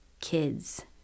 kids